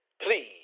please